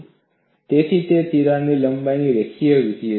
તેથી તે તિરાડ લંબાઈનું રેખીય વિધેય છે